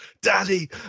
Daddy